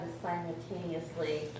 simultaneously